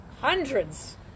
hundreds